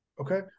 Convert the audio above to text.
Okay